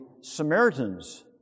Samaritans